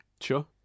Sure